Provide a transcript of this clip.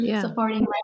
supporting